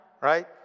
right